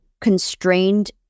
constrained